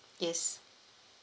yes